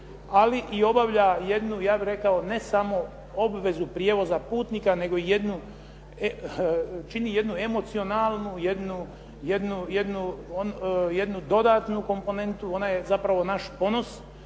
ali i obavlja jednu, ja bih rekao ne samo obvezu prijevoza putnika, nego i jednu, čini jednu emocionalnu, jednu dodatnu komponentu, ona je zapravo naš ponos,